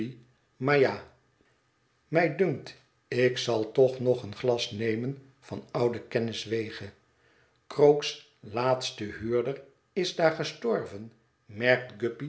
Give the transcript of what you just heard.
ja mij dunkt ik zal toch nog een glas nemen van oude kenniswege krook's laatste huurder is daar gestorven merkt